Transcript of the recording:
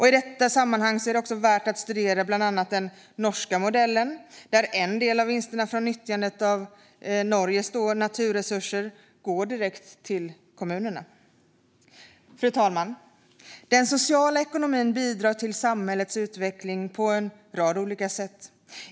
I detta sammanhang är det också värt att studera bland annat den norska modellen, där en del av vinsterna från nyttjandet av landets naturresurser går direkt till kommunerna. Fru talman! Den sociala ekonomin bidrar till samhällets utveckling på en rad sätt.